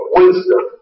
wisdom